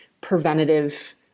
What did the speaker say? preventative